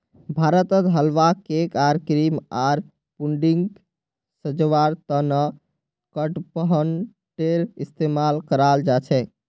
भारतत हलवा, केक आर क्रीम आर पुडिंगक सजव्वार त न कडपहनटेर इस्तमाल कराल जा छेक